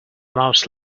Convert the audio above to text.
mouse